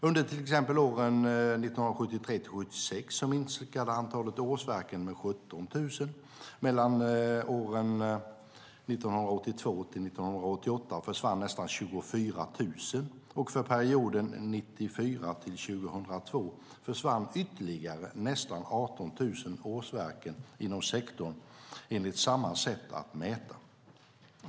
Under till exempel åren 1973-1976 minskade antalet årsverken med 17 000, åren 1982-1988 försvann nästan 24 000 och för perioden 1994-2002 försvann ytterligare nästan 18 000 årsverken inom sektorn enligt samma sätt att mäta.